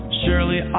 surely